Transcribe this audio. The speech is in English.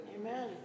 Amen